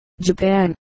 Japan